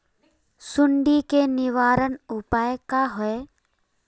सुंडी के निवारण उपाय का होए?